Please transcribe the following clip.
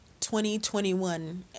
2021